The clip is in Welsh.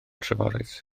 treforys